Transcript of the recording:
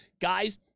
Guys